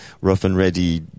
rough-and-ready